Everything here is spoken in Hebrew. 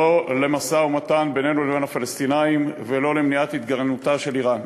לא למשא-ומתן בינינו לבין הפלסטינים ולא למניעת התגרענותה של איראן.